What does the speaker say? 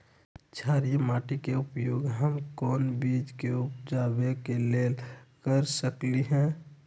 क्षारिये माटी के उपयोग हम कोन बीज के उपजाबे के लेल कर सकली ह?